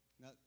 Now